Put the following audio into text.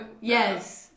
Yes